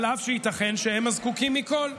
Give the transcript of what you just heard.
אף שייתכן שהם הזקוקים מכול.